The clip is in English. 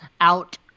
out